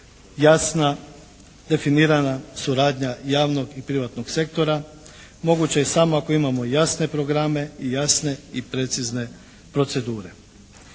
jasna definirana suradnja javnog i privatnog sektora, moguće je samo ako imamo jasne programe i jasne i precizne procedure.